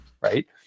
right